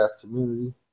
community